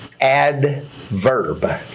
adverb